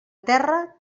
terra